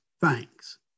thanks